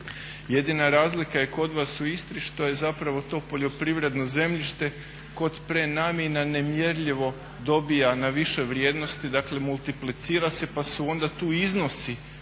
Jedina razlika je kod vas u Istri što je zapravo to poljoprivredno zemljište kod prenamjena nemjerljivo dobiva na višoj vrijednosti, dakle multiplicira se pa su onda tu iznosi